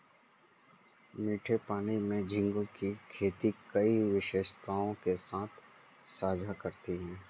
मीठे पानी में झींगे की खेती कई विशेषताओं के साथ साझा करती है